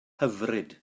hyfryd